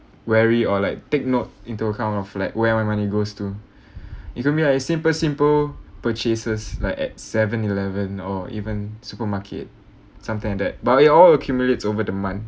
wary or like take note into account of like where my money goes to it could be like simple simple purchases like at seven eleven or even supermarket something like that but it all accumulates over the month